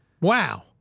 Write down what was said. Wow